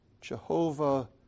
Jehovah